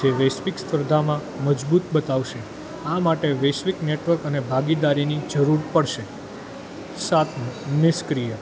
જે વૈશ્વિક સ્પર્ધામાં મજબૂત બતાવશે આ માટે વૈશ્વિક નેટવર્ક અને ભાગીદારીની જરૂર પડશે સાતમું નિષ્ક્રિય